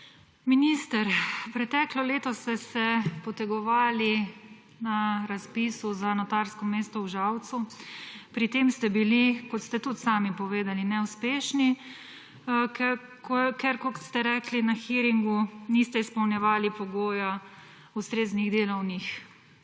Minister, preteklo leto ste se potegovali na razpisu za notarsko mesto v Žalcu. Pri tem ste bili, kot ste tudi sami povedali, neuspešni, ker kot ste rekli na hearingu, niste izpolnjevali pogoja ustreznih delovnih